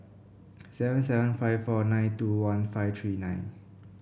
seven seven five four nine two one five three nine